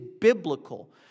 biblical